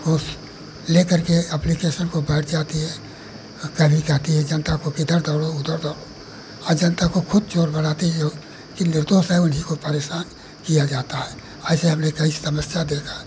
घूस ले कर के एप्लिकेशन को बैठ जाती है तरीक़ा यह जनता को इधर दौड़ो उधर दौड़ो और जनता को ख़ुद चोर बनाती है कि लतों से उसको परेशान किया जाता है ऐसे हमने कई समस्या देखी है